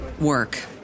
work